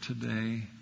today